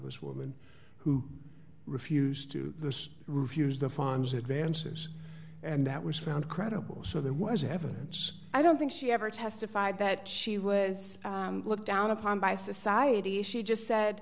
was woman who refused to refuse the funds advances and that was found credible so there was evidence i don't think she ever testified that she was looked down upon by society she just said